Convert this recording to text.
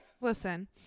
listen